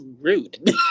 rude